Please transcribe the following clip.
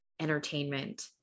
entertainment